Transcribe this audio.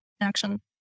action